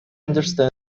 understand